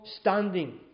standing